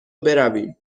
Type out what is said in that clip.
برویم